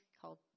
called